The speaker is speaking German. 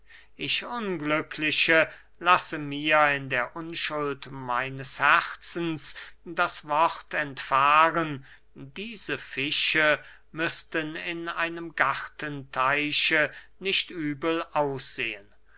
ich unglückliche lasse mir in der unschuld meines herzens das wort entfahren diese fische müßten in einem gartenteiche nicht übel aussehen